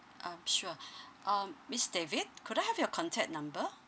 um sure um miss david could I have your contact number